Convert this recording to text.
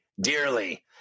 dearly